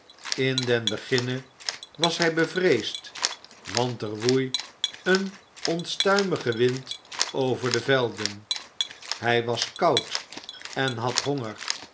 in den beginne was hij bevreesd want er woei een onstuimige wind over de velden hij was koud en had honger